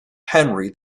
henry